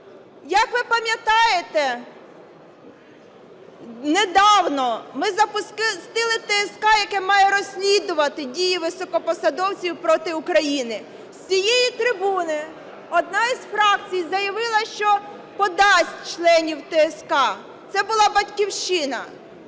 Як ви пам'ятаєте, недавно ми запустили ТСК, яке має розслідувати дії високопосадовців проти України. З цієї трибуни одна із фракцій заявила, що подасть членів ТСК – це була "Батьківщина".